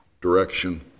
direction